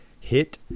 hit